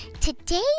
Today